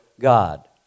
God